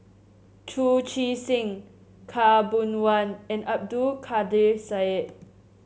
Chu Chee Seng Khaw Boon Wan and Abdul Kadir Syed